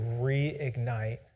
reignite